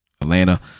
Atlanta